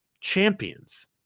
champions